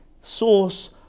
source